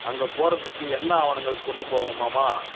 அங்கே போகிறதுக்கு என்ன ஆவணங்கள் கொண்டு போகணும் மாமா